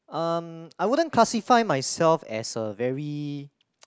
um I wouldn't classify myself as a very